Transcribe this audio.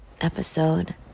episode